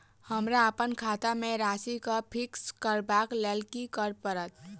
हमरा अप्पन खाता केँ राशि कऽ फिक्स करबाक लेल की करऽ पड़त?